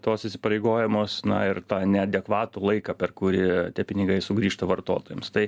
tuos įsipareigojimus na ir tą neadekvatų laiką per kurį tie pinigai sugrįžta vartotojams tai